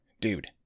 Dude